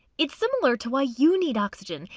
it's similar to why you need oxygen.